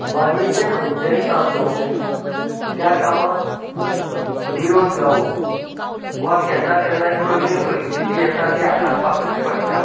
मागीर तें खंयचेंय काम जावूं त्या कामाक विरोध जावप वा केन्ना केन्नाय कठीण परिस्थिती येता ती हाताळपाकच पडटा